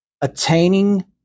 attaining